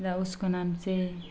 र उसको नाम चाहिँ